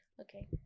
okay